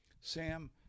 sam